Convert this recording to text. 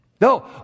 no